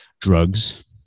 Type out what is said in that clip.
drugs